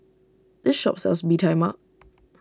this shop sells Bee Tai Mak